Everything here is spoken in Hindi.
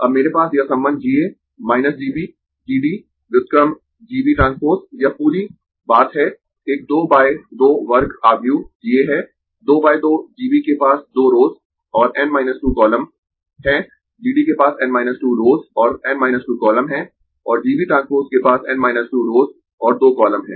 अब मेरे पास यह संबंध G A - G B G D व्युत्क्रम GB ट्रांसपोज यह पूरी बात है एक 2 बाय 2 वर्ग आव्यूह GA है 2 बाय 2 GB के पास 2 रोस और n 2 कॉलम हैं GD के पास n 2 रोस और n 2 कॉलम हैं और GB ट्रांसपोज के पास n 2 रोस और 2 कॉलम हैं